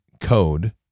Code